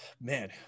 man